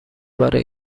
برای